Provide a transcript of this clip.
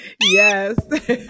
Yes